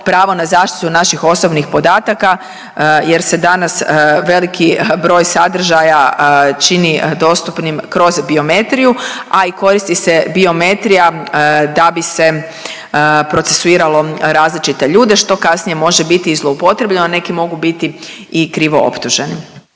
pravo na zaštitu naših osobnih podataka jer se danas veliki broj sadržaja čini dostupnim kroz biometriju, a i koristi se biometrija da bi se procesuiralo različite ljude što kasnije može biti i zloupotrijebljeno. Neki mogu biti i krivo optuženi.